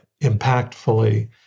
impactfully